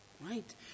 Right